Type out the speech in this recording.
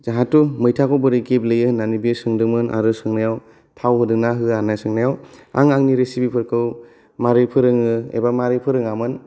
जाहाथ' मैथाखौ बोरै गेब्लेयो होननानै बि सोंदोंमोन आरो सोंनायाव थाव होदों ना होआ होनानै सोंनायाव आं आंनि रेसिपिफोरखौ मारै फोरोङो एबा मारै फोरोङामोन